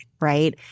right